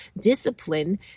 discipline